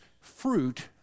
fruit